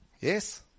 Yes